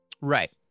right